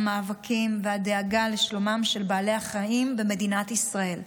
המאבקים והדאגה לשלומם של בעלי החיים במדינת ישראל.